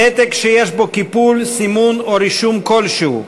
פתק שיש בו קיפול, סימון או רישום כלשהו,